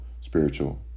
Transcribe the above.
spiritual